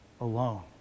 alone